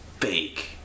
Fake